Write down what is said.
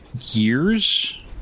years